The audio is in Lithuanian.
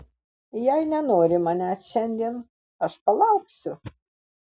jei nenori manęs šiandien aš palauksiu